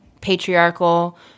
patriarchal